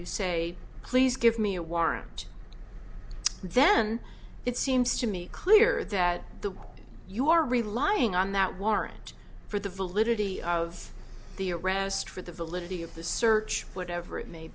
you say please give me a warrant then it seems to me clear that the way you are relying on that warrant for the validity of the arrest for the validity of the search whatever it may